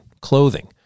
clothing